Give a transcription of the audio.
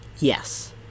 Yes